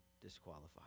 disqualified